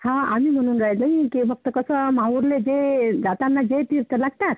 हा आम्ही म्हणून राहिले की फक्त कसं माहूरला जे जाताना जे तीर्थ लागतात